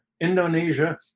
Indonesia